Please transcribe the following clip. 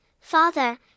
father